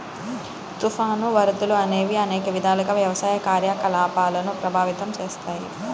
తుఫాను, వరదలు అనేవి అనేక విధాలుగా వ్యవసాయ కార్యకలాపాలను ప్రభావితం చేస్తాయి